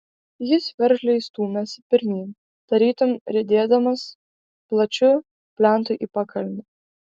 jis veržliai stūmėsi pirmyn tarytum riedėdamas plačiu plentu į pakalnę